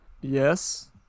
Yes